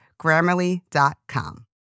Grammarly.com